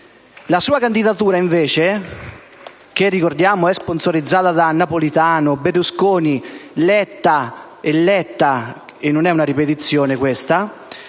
La sua candidatura, invece, lo ricordiamo, è sponsorizzata da Napolitano, Berlusconi, Letta e Letta (e non è una ripetizione).